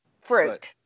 Fruit